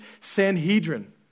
Sanhedrin